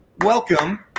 Welcome